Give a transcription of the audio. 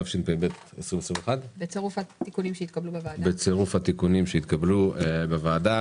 התשפ"ב 2021. בצירוף התיקונים שהתקבלו בוועדה.